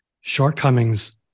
shortcomings